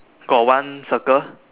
got one circle